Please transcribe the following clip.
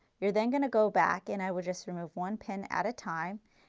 you are then going to go back and i will just remove one pin at a time.